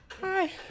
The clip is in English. Hi